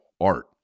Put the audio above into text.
art